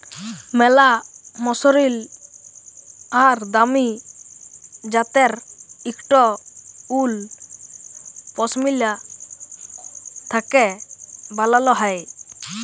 ম্যালা মসরিল আর দামি জ্যাত্যের ইকট উল পশমিলা থ্যাকে বালাল হ্যয়